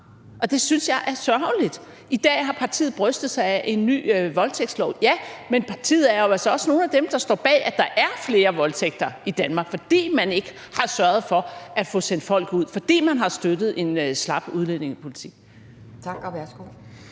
og det synes jeg er sørgeligt. I dag har partiet brystet sig af en ny voldtægtslovgivning, men partiet er også blandt nogle af dem, der står bag, at der er flere voldtægter i Danmark, fordi man ikke har sørget for at få sendt folk ud, fordi man har støttet en slap udlændingepolitik. Kl.